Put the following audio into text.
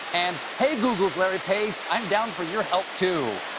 and hey, google's larry page, i'm down for your help, too.